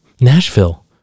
Nashville